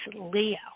Leo